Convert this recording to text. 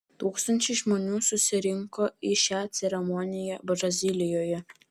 tūkstančiai žmonių susirinko į šią ceremoniją brazilijoje